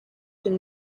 been